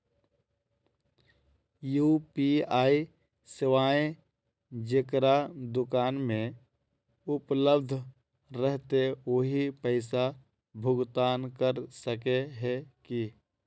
UPI सेवाएं जेकरा दुकान में उपलब्ध रहते वही पैसा भुगतान कर सके है की?